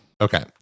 okay